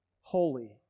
holy